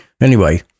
Anyway